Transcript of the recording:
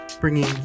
bringing